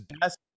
best